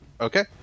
Okay